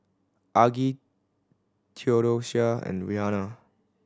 Argie Theodocia and Rihanna